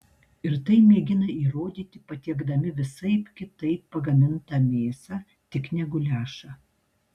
ir tai mėgina įrodyti patiekdami visaip kitaip pagamintą mėsą tik ne guliašą